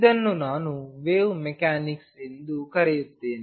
ಇದನ್ನು ನಾನು wave mechanics ಎಂದು ಕರೆಯುತ್ತೇನೆ